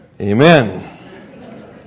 Amen